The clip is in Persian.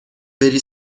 بری